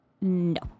No